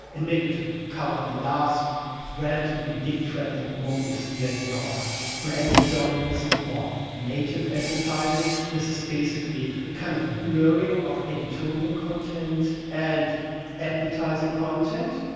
and maybe to cover a last relatively big trend at the moment is the idea of branded journalism or native advertising. this is basically a kind of blurring of editorial content and advertising content.